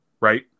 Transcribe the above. right